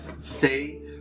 stay